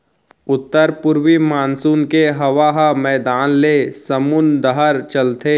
उत्तर पूरवी मानसून के हवा ह मैदान ले समुंद डहर चलथे